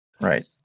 right